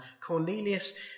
Cornelius